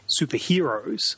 superheroes